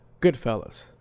Goodfellas